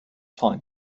time